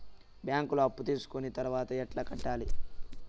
బ్యాంకులో అప్పు తీసుకొని తర్వాత ఎట్లా కట్టాలి?